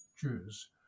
Jews